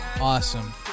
Awesome